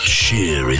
sheer